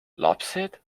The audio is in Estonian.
lapsed